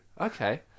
Okay